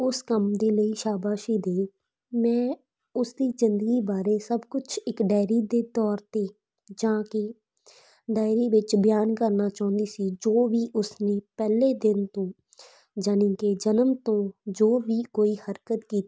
ਉਸ ਕੰਮ ਦੇ ਲਈ ਸ਼ਾਬਾਸ਼ੀ ਦੇ ਮੈਂ ਉਸਦੀ ਜ਼ਿੰਦਗੀ ਬਾਰੇ ਸਭ ਕੁਛ ਇੱਕ ਡਾਇਰੀ ਦੇ ਤੌਰ ਤੇ ਜਾਂ ਕਿ ਡਾਇਰੀ ਵਿੱਚ ਬਿਆਨ ਕਰਨਾ ਚਾਹੁੰਦੀ ਸੀ ਜੋ ਵੀ ਉਸਨੇ ਪਹਿਲੇ ਦਿਨ ਤੋਂ ਜਾਨੀ ਕਿ ਜਨਮ ਤੋਂ ਜੋ ਵੀ ਕੋਈ ਹਰਕਤ ਕੀਤੀ